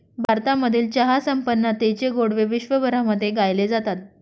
भारतामधील चहा संपन्नतेचे गोडवे विश्वभरामध्ये गायले जातात